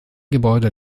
gebäude